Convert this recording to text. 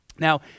Now